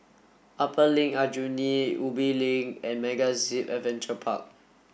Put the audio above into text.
Upper Aljunied Link Ubi Link and MegaZip Adventure Park